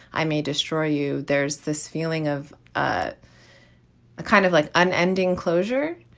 i may destroy you. there's this feeling of a kind of like unending closure.